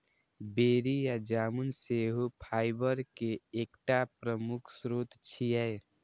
बेरी या जामुन सेहो फाइबर के एकटा प्रमुख स्रोत छियै